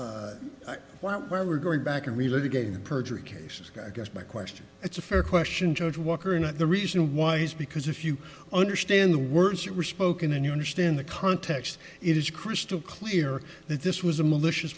where we're going back and relive again perjury cases i guess my question it's a fair question judge walker and the reason why is because if you understand the words were spoken and you understand the context it is crystal clear that this was a malicious